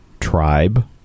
tribe